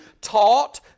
taught